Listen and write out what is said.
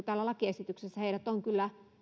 täällä lakiesityksessä heidät on kyllä